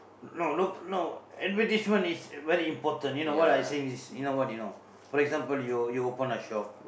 no no no advertisement is very important you know what I saying is you know what you know for example you you open a shop